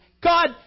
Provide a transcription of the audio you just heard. God